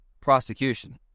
prosecution